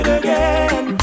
again